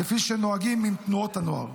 כפי שנוהגים עם תנועות הנוער.